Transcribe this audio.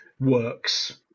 works